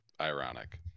Ironic